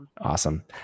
Awesome